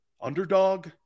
Underdog